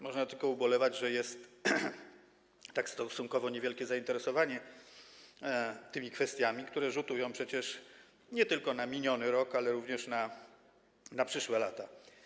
Można tylko ubolewać, że jest stosunkowo niewielkie zainteresowanie tymi kwestiami, które rzutują przecież nie tylko na miniony rok, ale również na przyszłe lata.